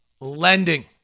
Lending